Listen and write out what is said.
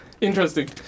Interesting